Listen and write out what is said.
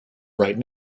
right